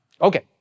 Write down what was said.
Okay